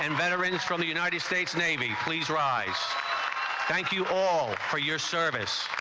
and veterans from the united states navy, please rise thank you all for your service.